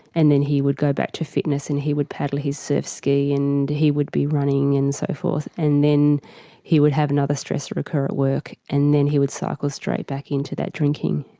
and then he would go back to fitness and he would paddle his surf ski and he would be running and so forth, and then he would have another stressor occur at work and then he would cycle straight back into that drinking.